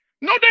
No